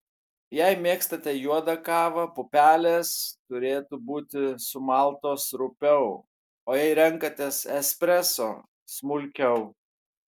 jei mėgstate juodą kavą pupelės turėtų būti sumaltos rupiau o jei renkatės espreso smulkiau